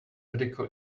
radical